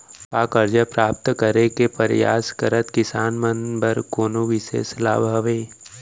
का करजा प्राप्त करे के परयास करत किसान मन बर कोनो बिशेष लाभ हवे?